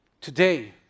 Today